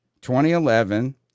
2011